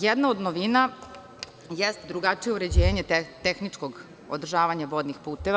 Jedna od novina jeste drugačije uređenje tehničkog održavanja vodnih puteva.